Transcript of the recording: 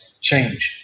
change